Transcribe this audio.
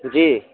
جی